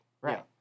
Right